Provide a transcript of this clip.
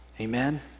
Amen